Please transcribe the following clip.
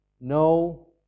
No